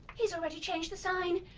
he's already changed the sign!